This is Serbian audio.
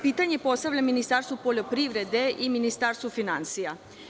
Pitanje postavljam Ministarstvu poljoprivrede i Ministarstvu finansija.